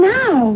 now